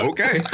Okay